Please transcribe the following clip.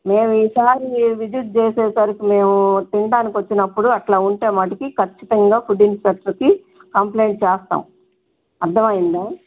మేము ఈసారి విసిట్ చేసేసరికి మేము తినడానికి వచ్చినప్పుడు అట్లా ఉంటే మటుకి ఖచ్చితంగా ఫుడ్ ఇన్స్స్పెక్టర్కి కంప్లెయింట్ చేస్తాం అర్దమైందా